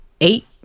eight